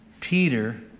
Peter